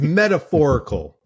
metaphorical